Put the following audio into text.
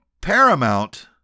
Paramount